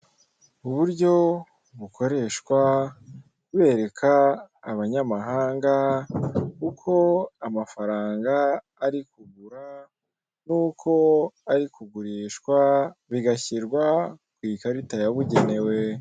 Uburyo bukoreshwa bereka abanyamahanga uko amafaranga ari kugura n'uko ari kugurishwa, bigashyirwa ku ikarita yabugenewe.